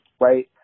right